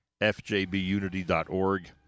FJBUnity.org